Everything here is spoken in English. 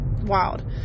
wild